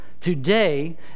today